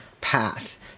path